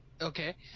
Okay